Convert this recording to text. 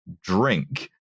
drink